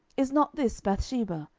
is not this bathsheba,